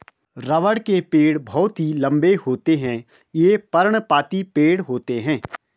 रबड़ के पेड़ बहुत ही लंबे होते हैं ये पर्णपाती पेड़ होते है